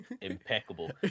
Impeccable